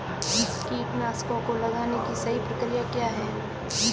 कीटनाशकों को लगाने की सही प्रक्रिया क्या है?